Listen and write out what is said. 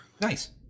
Nice